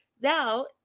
Now